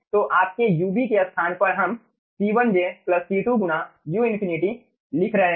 तो आपके ub के स्थान पर हम C1j C 2 गुना u∞ में लिख रहे हैं